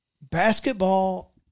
basketball